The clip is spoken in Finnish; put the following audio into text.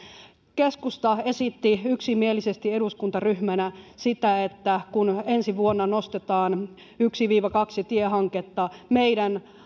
keskusta esitti yksimielisesti eduskuntaryhmänä sitä että kun ensi vuonna nostetaan yksi kaksi tiehanketta meidän